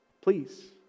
Please